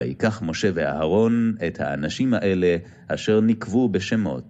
ויקח משה ואהרון את האנשים האלה אשר נקבו בשמות.